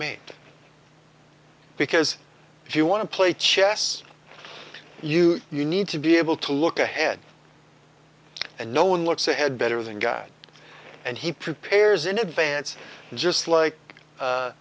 mate because if you want to play chess you you need to be able to look ahead and no one looks ahead better than god and he prepares in advance just like